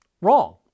wrong